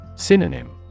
Synonym